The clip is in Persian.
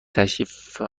تشریف